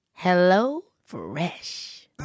HelloFresh